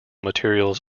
materials